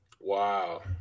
Wow